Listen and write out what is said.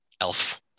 Elf